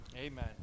Amen